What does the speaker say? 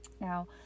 Now